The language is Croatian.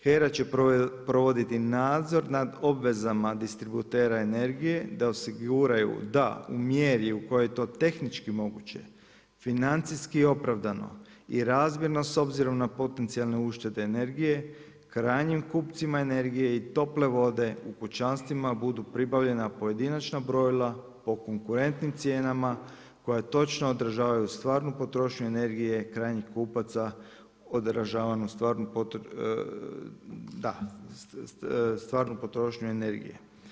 HERA će provoditi nadzor nad obvezama distributera energije da osiguraju da u mjeri u kojoj je to tehnički moguće financijski opravdano i razmjerno s obzirom na potencijalne uštede energije krajnjim kupcima energije i tople vode u kućanstvima budu pribavljena pojedinačna brojila po konkurentnim cijenama koja točno odražavaju stvarnu potrošnju energije krajnjih kupaca održavanu stvarnu potrošnju energije.